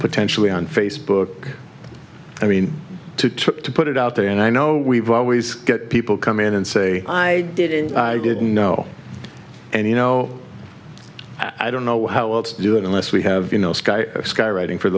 potentially on facebook i mean two took to put it out there and i know we've always got people come in and say i didn't i didn't know and you know i don't know how else to do it unless we have you know sky sky writing for